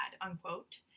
unquote